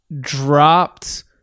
dropped